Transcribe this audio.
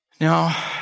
Now